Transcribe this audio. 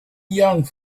young